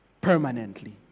permanently